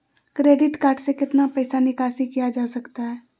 Credit card से कितना पैसा निकासी किया जा सकता है?